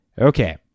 Okay